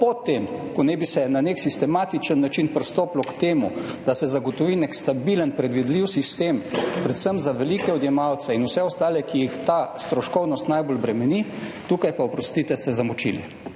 po tem, ko naj bi se na nek sistematičen način pristopilo k temu, da se zagotovi nek stabilen, predvidljiv sistem, predvsem za velike odjemalce in vse ostale, ki jih ta stroškovnost najbolj bremeni, tukaj pa, oprostite, ste zamočili.